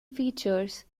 features